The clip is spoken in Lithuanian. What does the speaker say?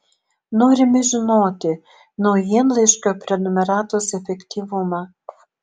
norime žinoti naujienlaiškio prenumeratos efektyvumą